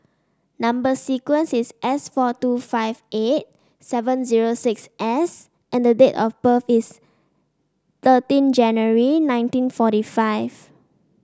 number sequence is S four two five eight seven zero six S and the date of birth is thirteen January nineteen forty five